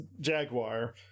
jaguar